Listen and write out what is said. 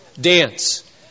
dance